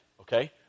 okay